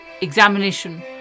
examination